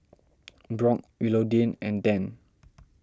Brock Willodean and Dann